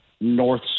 north